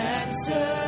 answer